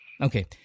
Okay